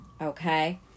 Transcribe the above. Okay